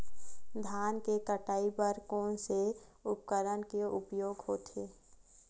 धान के कटाई बर कोन से उपकरण के उपयोग होथे?